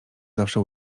zawsze